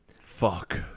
Fuck